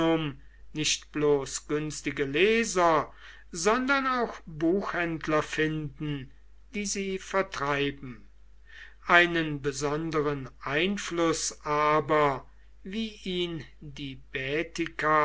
nicht bloß günstige leser sondern auch buchhändler finden die sie vertreiben einen besonderen einfluß aber wie ihn die